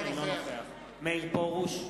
אינו נוכח מאיר פרוש,